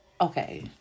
okay